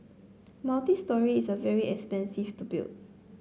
multistory is a very expensive to build